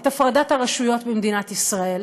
את הפרדת הרשויות במדינת ישראל,